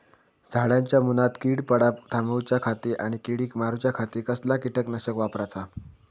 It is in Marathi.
झाडांच्या मूनात कीड पडाप थामाउच्या खाती आणि किडीक मारूच्याखाती कसला किटकनाशक वापराचा?